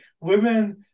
women